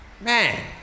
Man